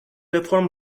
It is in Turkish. reform